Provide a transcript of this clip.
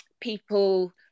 people